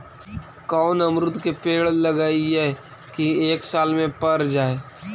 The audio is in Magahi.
कोन अमरुद के पेड़ लगइयै कि एक साल में पर जाएं?